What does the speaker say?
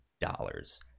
dollars